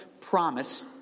promise